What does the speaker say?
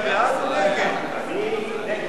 אני נגד החוק.